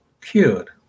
cured